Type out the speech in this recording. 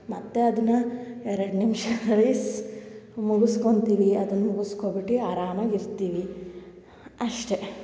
ಮತ್ತು ಅದನ್ನು ಎರಡು ನಿಮಿಷದಲ್ಲಿ ಸ್ ಮುಗುಸ್ಕೊತೀವಿ ಅದನ್ನ ಮುಗೊಸ್ಕೊಬಿಟ್ಟು ಆರಾಮಾಗಿ ಇರ್ತೀವಿ ಅಷ್ಟೇ